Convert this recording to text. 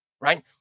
right